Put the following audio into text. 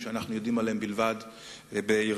תמיד